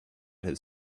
his